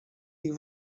ich